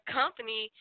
company